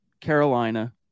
Carolina